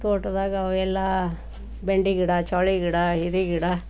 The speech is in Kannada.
ತೋಟದಾಗ ಅವೆಲ್ಲ ಬೆಂಡೆ ಗಿಡ ಚವಳಿ ಗಿಡ ಹೀರೇ ಗಿಡ